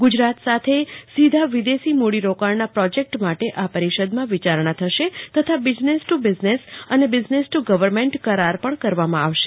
ગુજરાત સાથે સીધા વિદેશી મૂડીરોકાજ્ઞના પ્રોજેક્ટ માટે આ પરિષદમાં વિચારજ્ઞા થશે તથા બિઝનેસ ટ્ર બિઝનેસ અને બિઝનેસ ટુ ગવર્મેન્ટ કરાર પણ કરવામાં આવશે